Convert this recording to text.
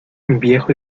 viejo